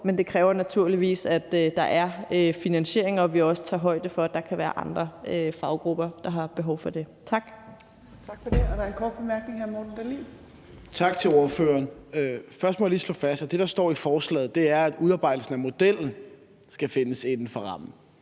men det kræver naturligvis, at der er finansiering, og at vi også tager højde for, at der kan være andre faggrupper, der har behov for det. Tak. Kl. 17:18 Tredje næstformand (Trine Torp): Tak for det. Der er en kort bemærkning fra hr. Morten Dahlin. Kl. 17:19 Morten Dahlin (V): Tak til ordføreren. Først må jeg lige slå fast, at det, der står i forslaget, er, at udarbejdelsen af modellen skal findes inden for rammen;